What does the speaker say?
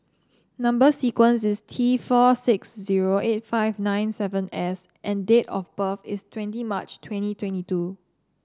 number sequence is T four six zero eight five nine seven S and date of birth is twenty March twenty twenty two